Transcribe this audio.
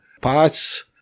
parts